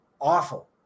awful